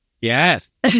Yes